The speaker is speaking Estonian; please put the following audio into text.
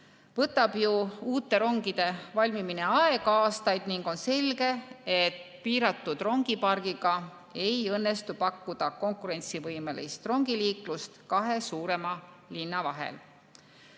Võtab ju uute rongide valmimine aega aastaid ning on selge, et piiratud rongipargiga ei õnnestu pakkuda konkurentsivõimelist rongiliiklust kahe suurema linna vahel.